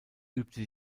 übte